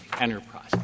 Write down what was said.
enterprise